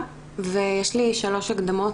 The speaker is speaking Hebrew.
לנפגעות ונפגעי תקיפה מינית ויש לי שלוש הקדמות,